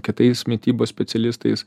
kitais mitybos specialistais